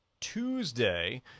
Tuesday